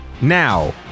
Now